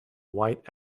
white